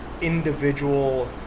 individual